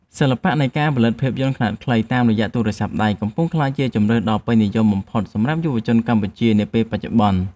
សិល្បៈនៃការផលិតភាពយន្តខ្នាតខ្លីតាមរយៈទូរស័ព្ទដៃកំពុងក្លាយជាជម្រើសដ៏ពេញនិយមបំផុតសម្រាប់យុវជនកម្ពុជានាពេលបច្ចុប្បន្ន។